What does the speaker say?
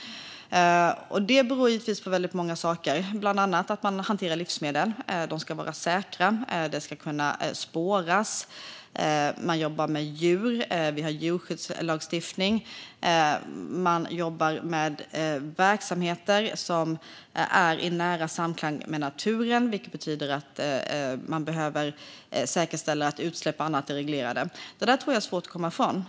Det beror givetvis på väldigt många saker, bland annat att man hanterar livsmedel. Livsmedlen ska vara säkra, de ska kunna spåras, man jobbar med djur och vi har en djurskyddslagstiftning. Man jobbar i verksamheter som är i nära samklang med naturen, vilket betyder att man behöver säkerställa att utsläpp och annat är reglerat. Det där tror jag är svårt att komma ifrån.